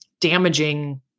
damaging